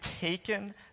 taken